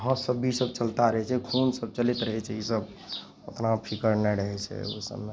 heart सब भी ईसब चलता रहै छै खूनसब चलैत रहै छै ईसब ओतना फिकर नहि रहै छै ओहि सबमे